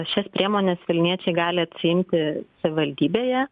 šias priemones vilniečiai gali atsiimti savivaldybėje